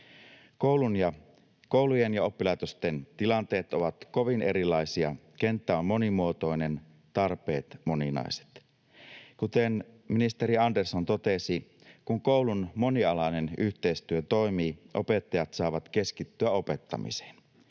Koulujen ja oppilaitosten tilanteet ovat kovin erilaisia, kenttä on monimuotoinen, tarpeet moninaiset. Kuten ministeri Andersson totesi: kun koulun monialainen yhteistyö toimii, opettajat saavat keskittyä opettamiseen.